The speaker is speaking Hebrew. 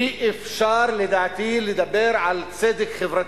אי-אפשר לדעתי לדבר על צדק חברתי,